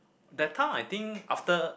that time I think after